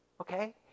Okay